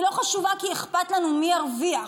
היא לא חשובה כי אכפת לנו מי ירוויח,